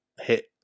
hit